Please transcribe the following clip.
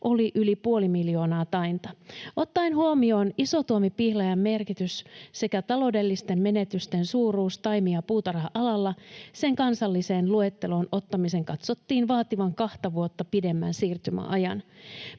oli yli puoli miljoonaa tainta. Ottaen huomioon isotuomipihlajan merkitys sekä taloudellisten menetysten suuruus taimi- ja puutarha-alalla, sen kansalliseen luetteloon ottamisen katsottiin vaativan kahta vuotta pidemmän siirtymäajan.